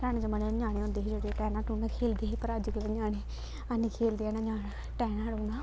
पराने जमाने च ञ्याणे होंदे हे जेह्ड़े ते टैना टूना खेलदे हे पर अजकल्ल ञ्याणे है निं खेलदे हैन ञ्याणा टैना टूना